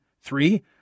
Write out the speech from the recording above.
three